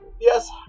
Yes